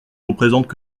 représentent